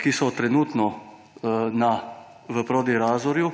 ki so trenutno v Prodi- Razoru.